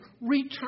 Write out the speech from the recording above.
return